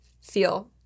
feel